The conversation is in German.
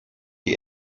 die